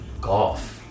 golf